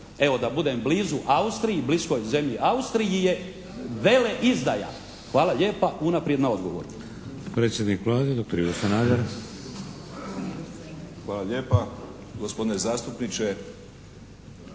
evo da budem blizu Austriji, bliskoj zemlji Austriji je veleizdaja. Hvala lijepa unaprijed na odgovoru.